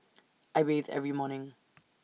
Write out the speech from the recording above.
I bathe every morning